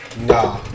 Nah